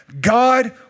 God